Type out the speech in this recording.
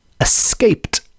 escaped